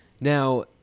Now